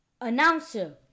Announcer